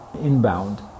inbound